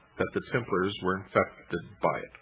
that the templars were infected by it.